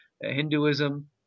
Hinduism